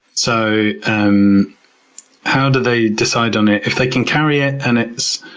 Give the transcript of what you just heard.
so, um how do they decide on it? if they can carry ah and it.